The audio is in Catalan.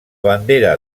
bandera